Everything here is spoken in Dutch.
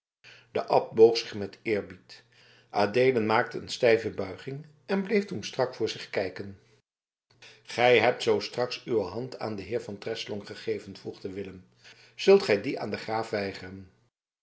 de abt boog zich met eerbied adeelen maakte een stijve buiging en bleef toen strak voor zich kijken gij hebt zoo straks uwe hand aan den heer van treslong gegeven vervolgde willem zult gij die aan den graaf